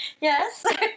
Yes